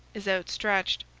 is outstretched,